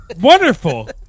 wonderful